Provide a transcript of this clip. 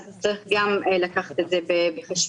אז צריך גם לקחת את זה בחשבון.